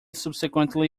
subsequently